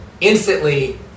Instantly